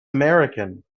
american